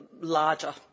larger